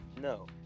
no